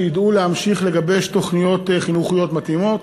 שידעו להמשיך לגבש תוכניות חינוכיות מתאימות.